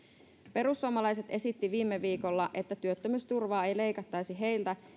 perussuomalaiset esittivät viime viikolla että työttömyysturvaa ei leikattaisi heiltä